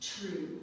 true